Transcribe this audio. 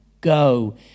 go